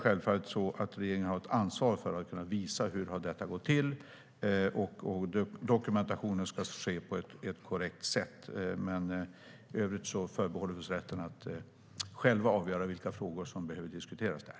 Regeringen har sedan ett ansvar för att visa hur arbetet har gått till, och dokumentationen ska ske på ett korrekt sätt. I övrigt förbehåller vi oss rätten att själva avgöra vilka frågor som behöver diskuteras där.